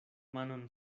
manon